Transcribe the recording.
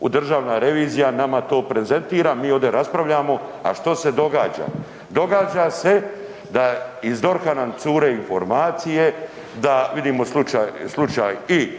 državna revizija nama to prezentira, mi ode raspravljamo, a što se događa? Događa se da iz DORH-a nam cure informacije, da, vidimo slučaj i